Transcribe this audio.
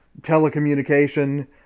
telecommunication